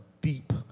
deep